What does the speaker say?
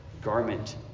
garment